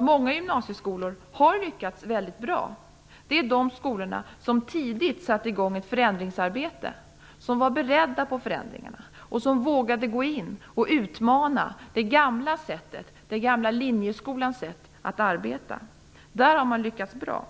Många gymnasieskolor har också lyckats väldigt bra. Det är de skolor som tidigt satte i gång ett förändringsarbete, som var beredda på förändringar och som vågade gå in och utmana den gamla linjeskolans sätt att arbeta. Där har man lyckats bra.